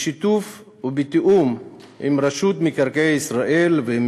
בשיתוף ובתיאום עם רשות מקרקעי ישראל ועם